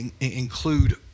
include